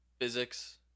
physics